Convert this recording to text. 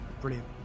Brilliant